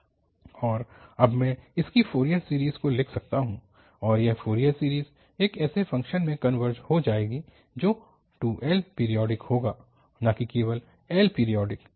और अब मैं इसकी फ़ोरियर सीरीज़ को लिख सकता हूं और वह फ़ोरियर सीरीज़ एक ऐसे फ़ंक्शन में कॉनवर्ज हो जाएगी जो 2L पीरियोडिक होगा न कि केवल L पीरियोडिक